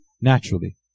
naturally